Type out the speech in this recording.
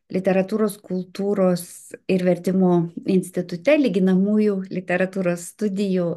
literatūros kultūros ir vertimo institute lyginamųjų literatūros studijų